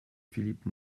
philippe